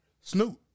Snoop